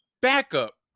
backup